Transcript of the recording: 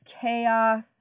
chaos